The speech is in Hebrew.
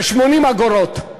ב-80 אגורות?